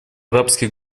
арабских